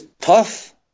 tough